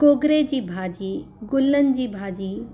गोगरे जी भाॼी गुलनि जी भाॼी